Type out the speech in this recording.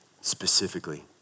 specifically